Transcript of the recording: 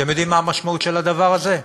אתם יודעים מה המשמעות של הדבר הזה?